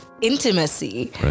intimacy